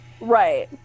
Right